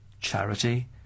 charity